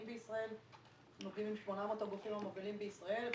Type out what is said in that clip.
בישראל נוגעים ב-800 הגופים המובילים בישראל,